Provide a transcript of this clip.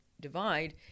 divide